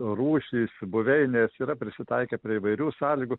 rūšys buveinės yra prisitaikę prie įvairių sąlygų